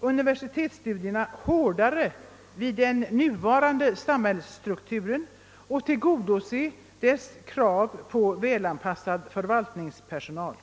universitetsstudierna hårdare vid den nuvarande samhällsstrukturen och tillgodose dennas krav på välanpassad förvaltningspersonal.